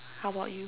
how about you